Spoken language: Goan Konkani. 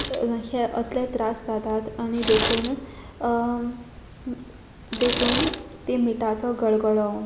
हे असले त्रास जातात आनी देखून देखून ती मिटाचो गळगळो